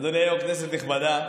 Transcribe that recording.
אדוני היו"ר, כנסת נכבדה,